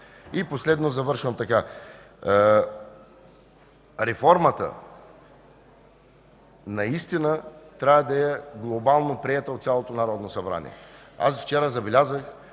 Последно завършвам така – реформата наистина трябва да е глобално приета от цялото Народно събрание. Вчера забелязах,